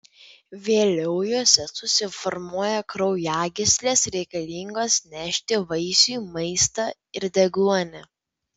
vėliau juose susiformuoja kraujagyslės reikalingos nešti vaisiui maistą ir deguonį